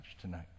tonight